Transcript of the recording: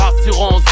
assurance